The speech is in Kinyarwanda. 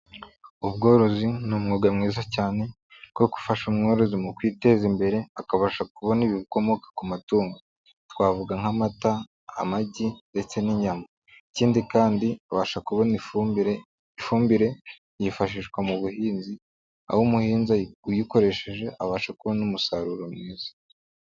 Ubworozi ni umwuga mwiza cyane kuko ufasha umworozi mu kwiteza imbere akabasha kubona ibikomoka ku matungo, twavuga nk'amata, amagi ndetse n'inyama ikindi kandi abasha kubona ifumbire, ifumbire yifashishwa mu buhinzi, aho umuhinzi uyikoresheje abasha kubona umusaruro mwiza.